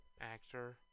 actor